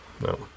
No